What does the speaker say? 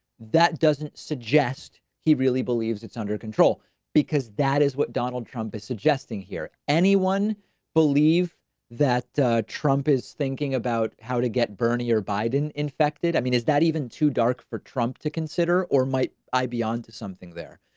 that doesn't suggest he really believes it's under control because that is what donald trump is suggesting here. anyone believe that trump is thinking about how to get bernier by an infected i mean is that even too dark for trump to consider or might i be on to something there?